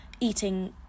eating